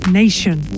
nation